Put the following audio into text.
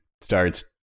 starts